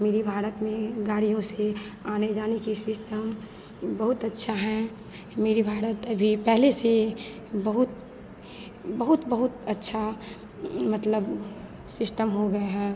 मेरे भारत में गाड़ियों से आने जाने की सिस्टम बहुत अच्छा है मेरे भारत अभी पहले से बहुत बहुत बहुत अच्छा मतलब सिस्टम हो गए हैं